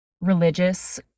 religious